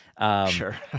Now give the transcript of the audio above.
Sure